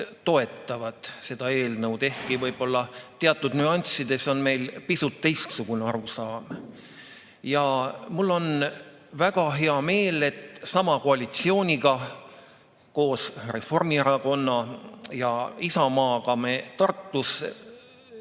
toetavad seda eelnõu, ehkki võib-olla teatud nüanssides on meil pisut teistsugune arusaam. Ja mul on väga hea meel, et sama koalitsiooniga, koos Reformierakonna ja Isamaaga me Tartus